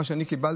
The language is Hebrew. ממה שאני קיבלתי,